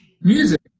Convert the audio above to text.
Music